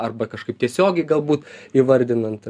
arba kažkaip tiesiogiai galbūt įvardinant